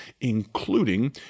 including